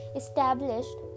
established